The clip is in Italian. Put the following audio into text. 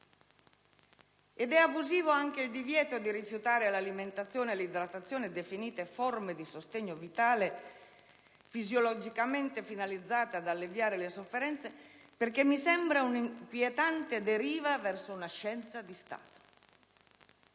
È abusivo anche il divieto di rifiutare l'alimentazione e l'idratazione, definite "forme di sostegno vitale fisiologicamente finalizzate ad alleviare le sofferenze", perché mi sembra un'inquietante deriva verso una scienza di Stato,